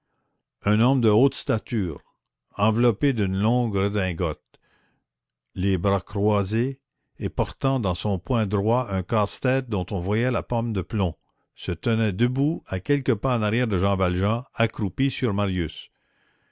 un homme de haute stature enveloppé d'une longue redingote les bras croisés et portant dans son poing droit un casse-tête dont on voyait la pomme de plomb se tenait debout à quelques pas en arrière de jean valjean accroupi sur marius